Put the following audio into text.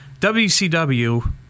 WCW